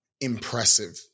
Impressive